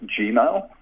Gmail